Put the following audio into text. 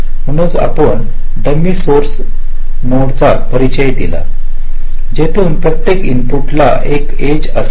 म्हणूनच आपण dummy source नोडचा परिचय दिला जिथून प्रत्येक इनपुट ला एक एज असेल